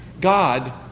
God